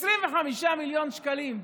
25 מיליון שקלים,